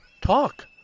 talk